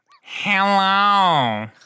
Hello